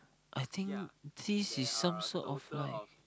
I think this is some sort of like